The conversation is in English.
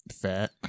fat